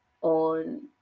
on